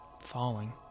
Falling